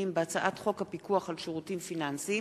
בהצעת חוק הפיקוח על שירותים פיננסיים